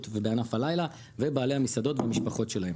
ובענף הלילה ובעלי המסעדות והמשפחות שלהם.